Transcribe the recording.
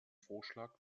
vorschlag